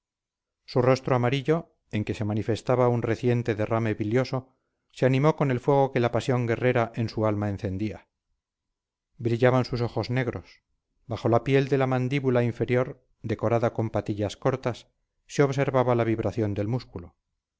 su rostro amarillo en que se manifestaba un reciente derrame bilioso se animó con el fuego que la pasión guerrera en su alma encendía brillaban sus ojos negros bajo la piel de la mandíbula inferior decorada con patillas cortas se observaba la vibración del músculo